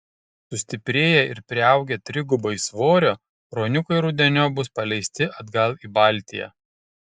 sustiprėję ir priaugę trigubai svorio ruoniukai rudeniop bus paleisti atgal į baltiją